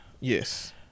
Yes